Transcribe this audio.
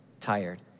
tired